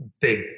big